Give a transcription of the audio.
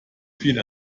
viel